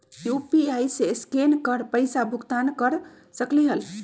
UPI से scan कर पईसा भुगतान कर सकलीहल?